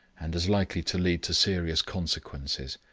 and as likely to lead to serious consequences.